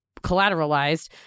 collateralized